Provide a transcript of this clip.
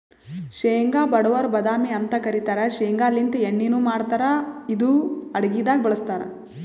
ಶೇಂಗಾ ಬಡವರ್ ಬಾದಾಮಿ ಅಂತ್ ಕರಿತಾರ್ ಶೇಂಗಾಲಿಂತ್ ಎಣ್ಣಿನು ಮಾಡ್ತಾರ್ ಇದು ಅಡಗಿದಾಗ್ ಬಳಸ್ತಾರ್